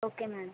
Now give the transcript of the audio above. okay madam